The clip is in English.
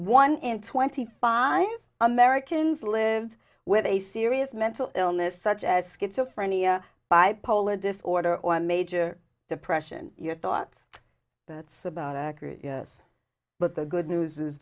one in twenty five americans live with a serious mental illness such as schizophrenia bipolar disorder or major depression your thoughts that's about accurate but the good news is